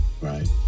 right